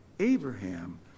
Abraham